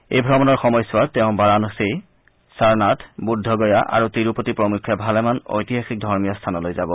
এই ভ্ৰমণৰ সময়ছোৱাত তেওঁ বাৰাণসী সাৰনাথ বৃদ্ধগয়া আৰু তিৰুপতি প্ৰমুখ্যে ভালেমান ঐতিহাসিক ধৰ্মীয় স্থানলৈ যাব